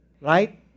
Right